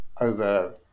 over